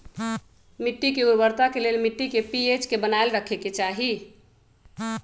मिट्टी के उर्वरता के लेल मिट्टी के पी.एच के बनाएल रखे के चाहि